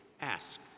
ask